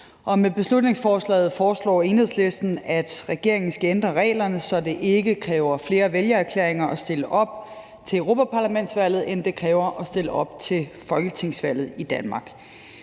Med beslutningsforslaget foreslår Enhedslisten, at regeringen skal ændre reglerne, så det ikke kræver flere vælgererklæringer at stille op til europaparlamentsvalget, end det kræver at stille op til folketingsvalget i Danmark.